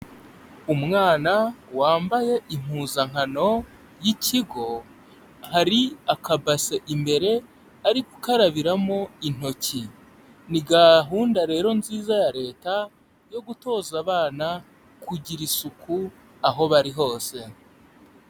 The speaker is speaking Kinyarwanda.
Umwana wambaye impuzankano y'ikigo, hari akabase imbere ari gukarabiramo intoki, ni gahunda rero nziza ya Leta yo gutoza abana kugira isuku aho bari hose.